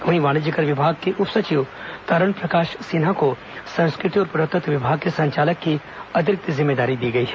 वहीं वाणिज्य कर विभाग के उप सचिव तारण प्रकाश सिन्हा को संस्कृति और पुरातत्व विभाग के संचालक की अतिरिक्त जिम्मेदारी दी गई है